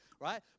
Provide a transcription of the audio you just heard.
right